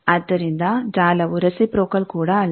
ಆದ್ದರಿಂದ ಜಾಲವು ರೆಸಿಪ್ರೋಕಲ್ ಕೂಡ ಅಲ್ಲ